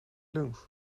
lunch